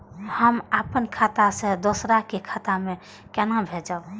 हम आपन खाता से दोहरा के खाता में केना भेजब?